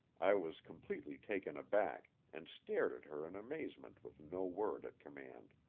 i was completely taken aback, and stared at her in amazement with no word at command.